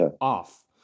off